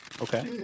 okay